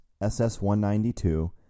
SS-192